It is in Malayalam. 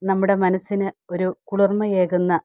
നമ്മുടെ മനസ്സിന് ഒരു കുളിർമ്മയേകുന്ന